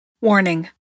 Warning